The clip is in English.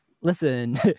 listen